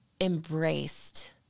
embraced